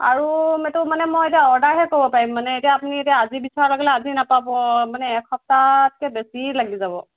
আৰু এইটো মানে মই অৰ্ডাৰহে কৰিব পাৰিম মানে এতিয়া আপুনি এতিয়া আজি বিচৰা লগে লগে আজি নাপাব মানে এসপ্তাহতকৈ বেছি লাগি যাব